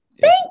Thank